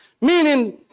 meaning